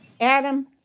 Adam